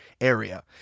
area